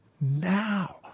now